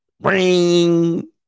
ring